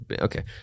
Okay